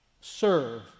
serve